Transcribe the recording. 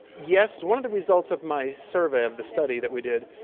yes. one of the results of my survey, of the study that we did,